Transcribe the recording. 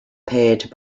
paired